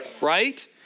right